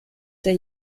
der